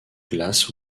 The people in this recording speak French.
glace